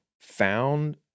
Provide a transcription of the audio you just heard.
found